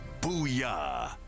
Booyah